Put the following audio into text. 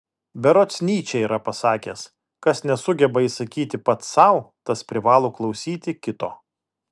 berods nyčė yra pasakęs kas nesugeba įsakyti pats sau tas privalo klausyti kito